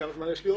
כמה זמן נשאר לי?